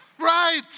Right